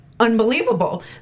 unbelievable